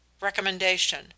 RECOMMENDATION